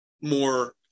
more